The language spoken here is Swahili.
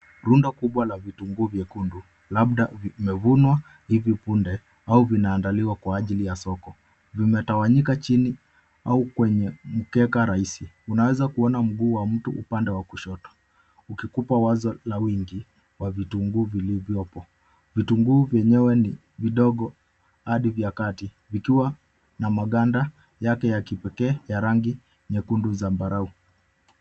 Rundo kubwa la vitunguu vyekundu labda vimefunwa hivi punde au vinaandaliwa kwa ajili ya soko. Vimetawanyika chini au kwenye mkeka rahisi. Unaeza kuona mguu wa mtu upande wa kushoto ukikupa wazo la wingi wa vitunguu vilivyo opo. Vitunguu vyenyewe ni vidogo hadi vya kati vikiwa na maganda yake ya kipekee ya rangi nyekundu zambarau.